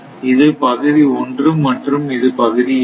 இது பகுதி 1 மற்றும் இது பகுதி 2